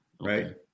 Right